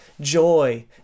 Joy